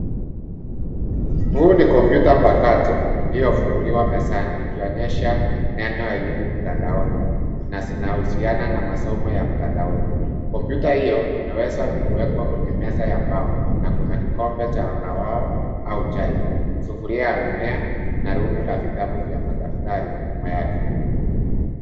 Huu ni kompyuta mpakato ulifunguliwa mezani ikionyesha neno elimu mtandaoni, na zinahusiana na masomo ya mtandaoni. Kompyuta hiyo imeweza kuwekwa kwenye meza ya mbao na kuna kikombe cha kahawa au chai, sufuria ya mimea na rundo la vitabu vya madaftari nyuma yake.